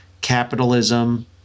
capitalism